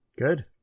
Good